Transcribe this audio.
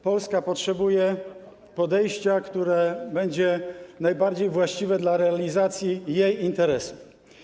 Polska potrzebuje podejścia, które będzie najbardziej właściwe dla realizacji jej interesów.